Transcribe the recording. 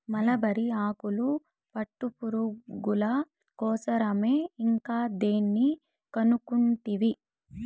mulberry ఆకులు పట్టుపురుగుల కోసరమే ఇంకా దేని కనుకుంటివి